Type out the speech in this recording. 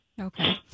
Okay